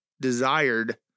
desired